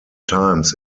times